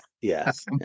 Yes